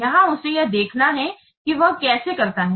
यहाँ उसे यह देखना है कि वह यह कैसे करता है